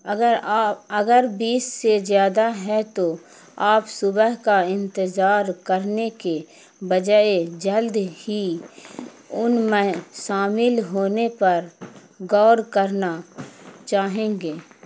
اگر اگر بیس سے زیادہ ہے تو آپ صبح کا انتظار کرنے کے بجائے جلد ہی ان میں شامل ہونے پر غور کرنا چاہیں گے